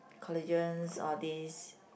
collagens all these